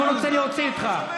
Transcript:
לא רוצה להוציא אותך.